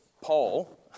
Paul